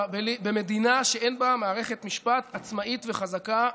במדינה שאין בה מערכת משפט עצמאית וחזקה,